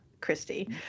Christy